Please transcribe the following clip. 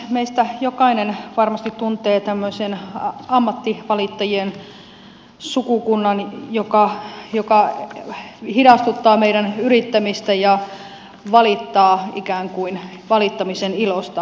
meistä jokainen varmasti tuntee tämmöisen ammattivalittajien sukukunnan joka hidastuttaa meidän yrittämistämme ja valittaa ikään kuin valittamisen ilosta